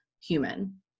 human